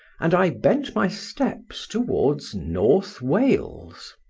and i bent my steps towards north wales.